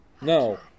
No